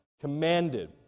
commanded